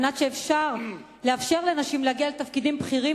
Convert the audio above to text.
על מנת לאפשר לנשים להגיע לתפקידים בכירים